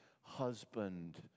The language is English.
husband